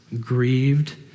grieved